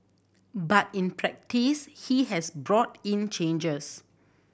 but in practice he has brought in changes